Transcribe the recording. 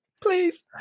Please